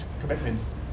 commitments